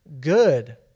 good